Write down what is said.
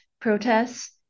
protests